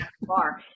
Bar